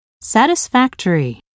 Satisfactory